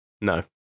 No